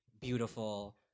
beautiful